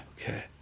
Okay